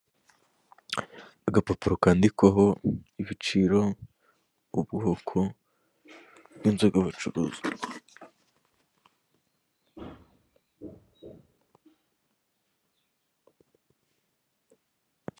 Agapapuro kandikwaho ibiciro, ubwoko bw'inzoga buruzwa.